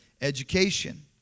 Education